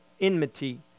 enmity